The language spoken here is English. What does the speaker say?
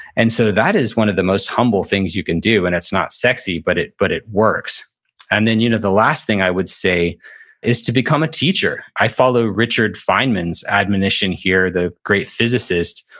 and so that is one of the most humble things you can do, and its not sexy, but it but it works and then you know the last thing i would say is to become a teacher. i follow richard feynman's admonition here, the great physicist,